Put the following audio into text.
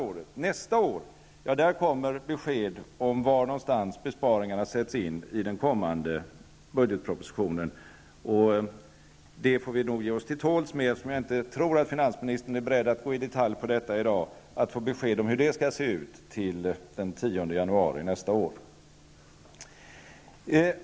Beträffande nästa år kommer besked om var någonstans besparingarna skall sättas in att redovisas i den kommande budgetpropositionen. Och vi får nog ge oss till tåls till den 10 januari nästa år, eftersom jag tror att finansministern inte är beredd att gå in i detalj om detta i dag.